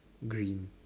green